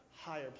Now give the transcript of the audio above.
higher